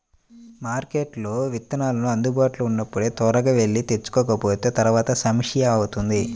మార్కెట్లో విత్తనాలు అందుబాటులో ఉన్నప్పుడే త్వరగా వెళ్లి తెచ్చుకోకపోతే తర్వాత సమస్య అవుతుంది